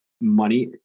money